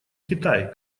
китай